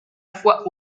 fois